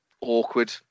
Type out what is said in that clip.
awkward